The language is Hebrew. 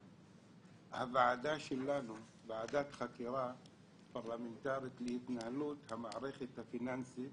הוועדה שלנו היא ועדת חקירה פרלמנטרית להתנהלות המערכת הפיננסית